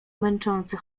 męczące